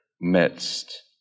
midst